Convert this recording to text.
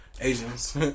Asians